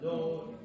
Lord